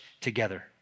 together